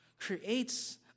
creates